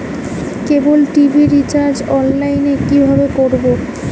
কেবল TV recharge online এ কিভাবে করব?